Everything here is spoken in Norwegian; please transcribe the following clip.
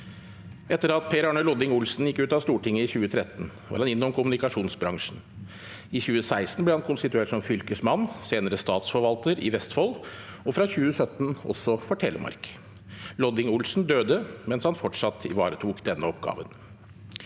Etter at Per Arne Lodding Olsen gikk ut av Stortinget i 2013, var han innom kommunikasjonsbransjen. I 2016 ble han konstituert som fylkesmann – senere statsforvalter – i Vestfold, og fra 2017 også for Telemark. Lodding Olsen døde mens han fortsatt ivaretok denne oppgaven.